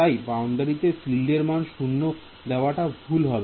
তাই বাউন্ডারিতে ফিল্ড এর মান 0 দেওয়াটা ভুল হবে